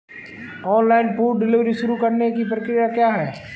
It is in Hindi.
ऑनलाइन फूड डिलीवरी शुरू करने की प्रक्रिया क्या है?